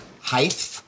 height